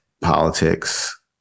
politics